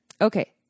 Okay